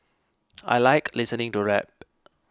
I like listening to rap